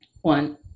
one